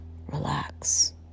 relax